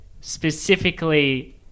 specifically